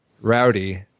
rowdy